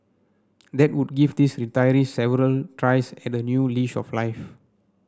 that would give these retirees several tries at a new leash of life